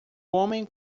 homem